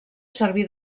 serví